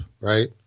right